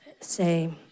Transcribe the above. say